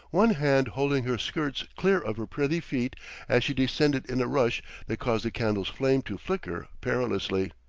one hand holding her skirts clear of her pretty feet as she descended in a rush that caused the candle's flame to flicker perilously.